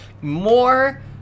more